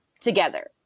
together